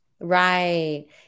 Right